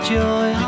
joy